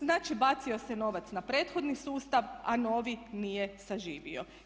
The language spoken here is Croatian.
Znači, bacio se novac na prethodni sustav, a novi nije saživio.